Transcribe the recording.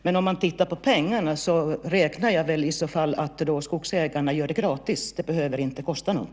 Men om man tittar på pengarna räknar jag med att skogsägarna i så fall gör det gratis. Det behöver inte kosta något.